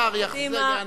השר יענה.